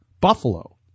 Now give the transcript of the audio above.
Buffalo